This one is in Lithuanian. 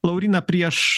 lauryna prieš